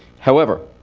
however,